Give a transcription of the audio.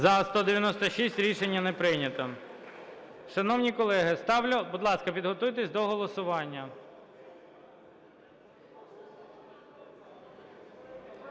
За-196 Рішення не прийнято. Шановні колеги, будь ласка, підготуйтесь до голосування.